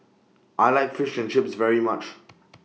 I like Fish and Chips very much